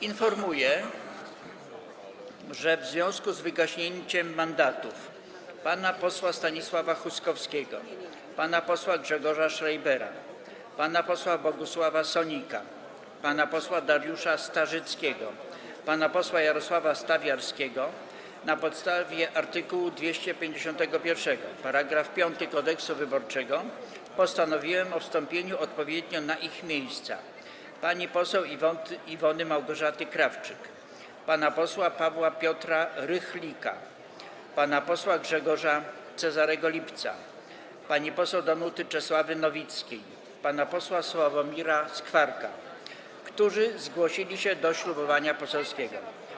Informuję, że w związku z wygaśnięciem mandatów: pana posła Stanisława Huskowskiego, pana posła Grzegorza Schreibera, pana posła Bogusława Sonika, pana posła Dariusza Starzyckiego, pana posła Jarosława Stawiarskiego na podstawie art. 251 § 5 Kodeksu wyborczego postanowiłem o wstąpieniu odpowiednio na ich miejsca: pani poseł Iwony Małgorzaty Krawczyk, pana posła Pawła Piotra Rychlika, pana posła Grzegorza Cezarego Lipca, pani poseł Danuty Czesławy Nowickiej, pana posła Sławomira Skwarka, którzy zgłosili się do ślubowania poselskiego.